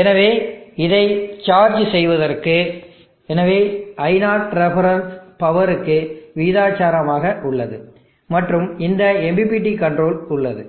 எனவே இதை சார்ஜ் செய்வதற்கு எனவே i0ref பவருக்கு விகிதாசாரமாக உள்ளது மற்றும் இந்த MPPT கன்ட்ரோலர் உள்ளது